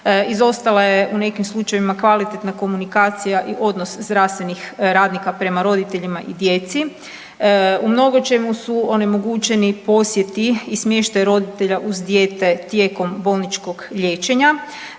izostala je u nekim slučajevima kvalitetna komunikacija i odnos zdravstvenih radnika prema roditeljima i djeci u mnogočemu su onemogućeni posjeti smještaj roditelja uz dijete tijekom bolničkog liječenja,